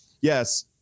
Yes